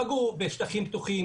פגעו בשטחים פתוחים,